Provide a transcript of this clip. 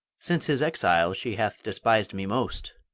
since his exile she hath despis'd me most,